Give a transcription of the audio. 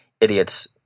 idiots